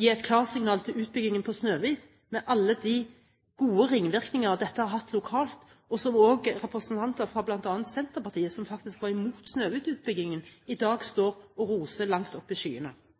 gi et klarsignal til utbyggingen på Snøhvit, med alle de gode ringvirkninger dette har hatt lokalt, og som også representanter fra bl.a. Senterpartiet, som faktisk var imot Snøhvit-utbyggingen, i dag står og roser opp i skyene.